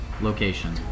location